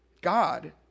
God